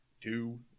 two